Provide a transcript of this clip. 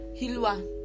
Hilwa